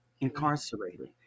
incarcerated